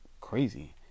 crazy